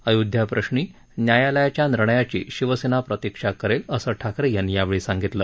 अयोध्याप्रश्री न्यायालयाच्या निर्णयाची शिवसेना प्रतिक्षा करेल असं ठाकरे यांनी यावेळी सांगितलं